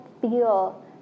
feel